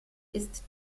ist